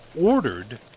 ordered